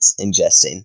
ingesting